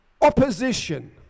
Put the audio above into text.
opposition